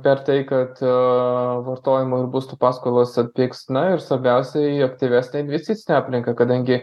per tai kad vartojimo ir būstų paskolos atpigs na ir svarbiausia aktyvesnę investicinę aplinką kadangi